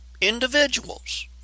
individuals